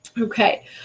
okay